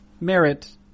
merit